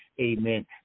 Amen